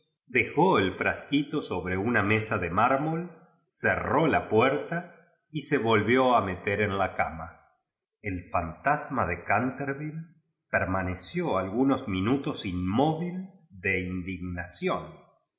dejó el f ras quito sobre una mesa dr mármol cerró la puerta y se volvió n meter en hi cama el fantasma de cnnteryiljc permaneció algunos minutos inmóvil de indignación